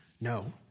No